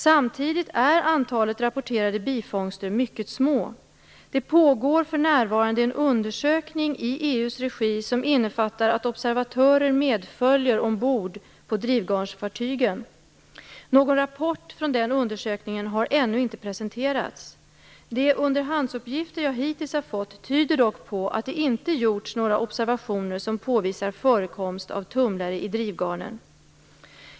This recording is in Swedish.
Samtidigt är antalet rapporterade bifångster mycket litet. Det pågår för närvarande en undersökning i EU:s regi som innefattar att observatörer medföljer ombord på drivgarnsfartygen. Någon rapport från den undersökningen har ännu inte presenterats. De underhandsuppgifter jag hittills har fått tyder dock på att det inte gjorts några observationer som påvisar förekomst av tumlare i drivgarnen.